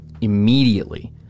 Immediately